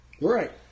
Right